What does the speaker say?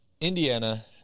Indiana